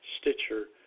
Stitcher